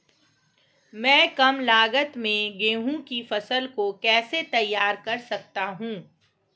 मैं कम लागत में गेहूँ की फसल को कैसे तैयार कर सकता हूँ?